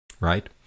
Right